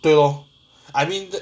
对 lor I mean